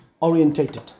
orientated